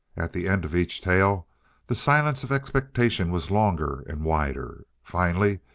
at the end of each tale the silence of expectation was longer and wider. finally,